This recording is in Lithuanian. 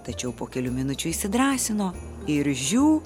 tačiau po kelių minučių įsidrąsino ir žiū